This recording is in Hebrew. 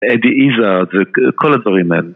אדי איזארד, כל הדברים האלה